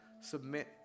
Submit